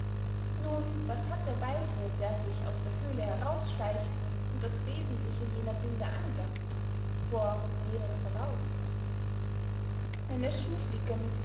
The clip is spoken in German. nun was hat der weise der sich aus der höhle heraus schleicht und das wesentliche jener bilder angafft vor jenen voraus wenn der